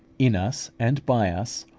in us and by us,